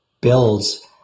builds